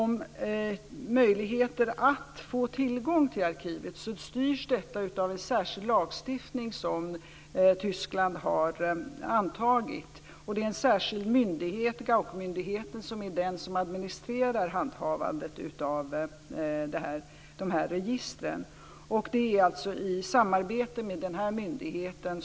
Möjligheterna att få tillgång till arkivet styrs av en särskild lagstiftning som Tyskland har antagit. En särskild myndighet administrerar handhavandet av de här registren. Svenska SÄPO arbetar i samverkan med den myndigheten.